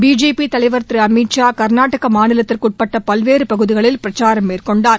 BJP தலைவர் திரு அமித்ஷா கர்நாடக மாநிலத்திற்கு உட்பட்ட பல்வேறு பகுதிகளில் பிரச்சாரம் மேற்கொண்டார்